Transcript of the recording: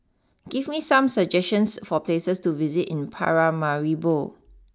give me some suggestions for places to visit in Paramaribo